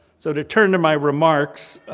so, to turn to my remarks,